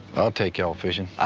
i'll take yall fishin'.